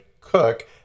cook